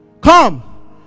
Come